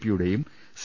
പിയുടെയും സി